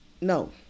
No